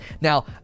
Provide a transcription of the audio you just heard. Now